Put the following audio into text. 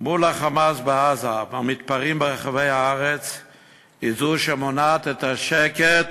מול ה"חמאס" בעזה והמתפרעים ברחבי הארץ היא זו שמונעת את השקט